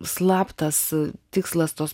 slaptas tikslas tos